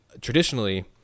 traditionally